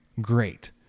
great